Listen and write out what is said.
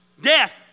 Death